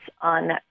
on